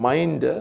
Mind